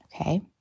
Okay